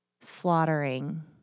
slaughtering